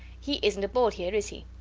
he isnt aboard here, is he?